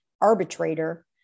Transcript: arbitrator